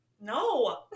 No